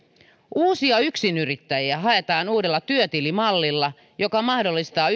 uusia yksinyrittäjiä haetaan uudella työtilimallilla joka mahdollistaa